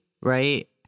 right